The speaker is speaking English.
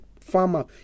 farmer